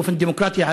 באופן דמוקרטי,